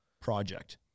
project